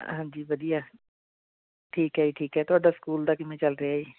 ਹਾਂਜੀ ਵਧੀਆ ਠੀਕ ਹੈ ਜੀ ਠੀਕ ਹੈ ਤੁਹਾਡਾ ਸਕੂਲ ਦਾ ਕਿਵੇਂ ਚੱਲ ਰਿਹਾ ਜੀ